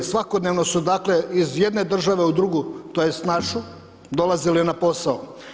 Svakodnevno su dakle, iz jedne države u drugu, tj. našu, dolazili na posao.